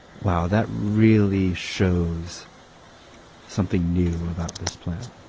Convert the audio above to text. wow, that really shows something new about this plant.